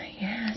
Yes